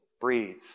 Breathe